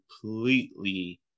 completely